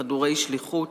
חדורי שליחות,